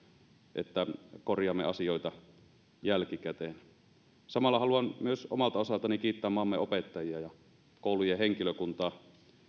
että korjaamme asioita jälkikäteen samalla haluan myös omalta osaltani kiittää maamme opettajia ja koulujen henkilökuntaa